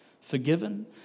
forgiven